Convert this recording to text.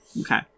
Okay